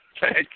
Thank